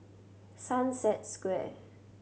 Sunset Square